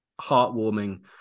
heartwarming